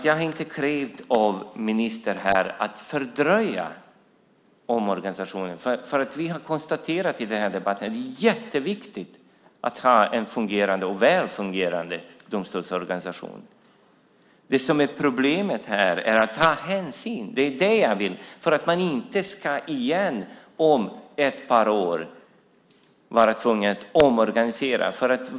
Jag har inte krävt av ministern att fördröja omorganisationen. Vi har i denna debatt konstaterat att det är jätteviktigt att ha en väl fungerande domstolsorganisation. Det handlar om att ta hänsyn så att man inte om ett par år åter blir tvungen att omorganisera.